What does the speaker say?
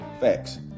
facts